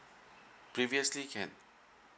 previously can